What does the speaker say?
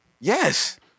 Yes